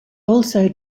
also